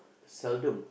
seldom